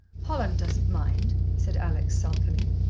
holland doesn't mind, said alex sulkily.